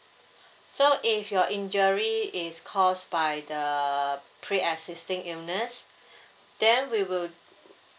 so if your injury is caused by the pre-existing illness then we will